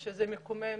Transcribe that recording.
זה פוגע בנו.